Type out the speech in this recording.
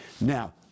Now